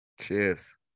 Cheers